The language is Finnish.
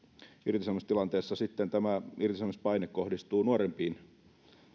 irtisanomistilanteessa tämä irtisanomispaine kohdistuu nuorempiin